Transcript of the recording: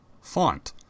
Font